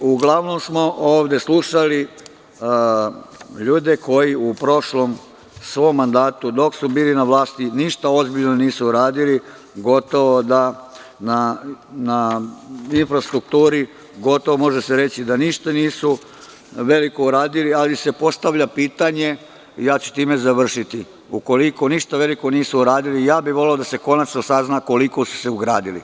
Uglavnom smo ovde slušali ljude koji u prošlom svom mandatu, dok su bili na vlasti ništa ozbiljno nisu uradili, gotovo da na infrastrukturi, gotovo može se reći da ništa nisu veliko uradili, ali se postavlja pitanje, ja ću time završiti, ukoliko ništa veliko nisu uradili, ja bih voleo da se konačno sazna koliko su se ugradili.